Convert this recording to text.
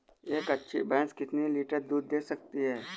एक अच्छी भैंस कितनी लीटर दूध दे सकती है?